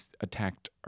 attacked